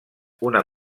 una